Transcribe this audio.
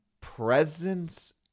presence